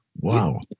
Wow